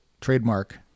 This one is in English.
Trademark